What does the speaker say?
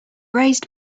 raised